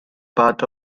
part